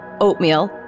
oatmeal